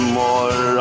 more